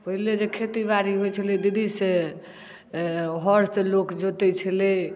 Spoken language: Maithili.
पहिले जे खेतीबाड़ी होइत छलै दीदी से हरसँ लोक जोतैत छलै